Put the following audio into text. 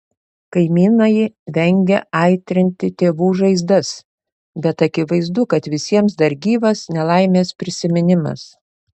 kaimynai vengia aitrinti tėvų žaizdas bet akivaizdu kad visiems dar gyvas nelaimės prisiminimas